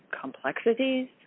complexities